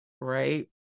Right